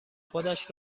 خودش